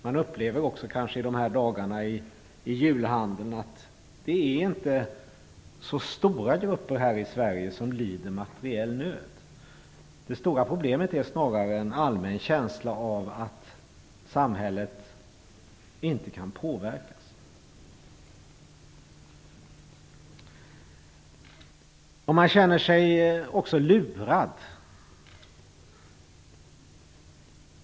Man upplever kanske också i dessa dagar, mitt uppe i julhandeln, att det inte är så stora grupper här i Sverige som lider materiell nöd. Det stora problemet är snarare den allmänna känslan av att samhället inte kan påverkas. Man känner sig också lurad.